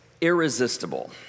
irresistible